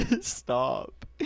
Stop